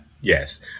yes